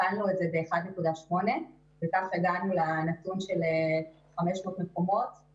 הכפלנו את זה ב-1.8 --- לנתון של 500 מקומות.